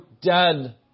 dead